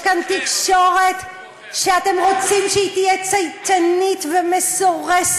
יש כאן תקשורת שאתם רוצים שהיא תהיה צייתנית ומסורסת,